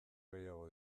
gehiago